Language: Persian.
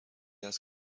است